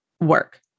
work